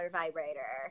vibrator